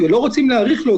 ולא רוצים להאריך לו,